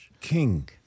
King